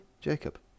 Jacob